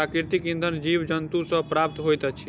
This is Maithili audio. प्राकृतिक इंधन जीव जन्तु सॅ प्राप्त होइत अछि